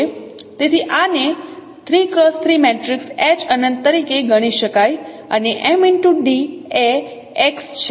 તેથી આને 3 X 3 matrix H અનંત તરીકે ગણી શકાય અને Md એ x છે